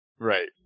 Right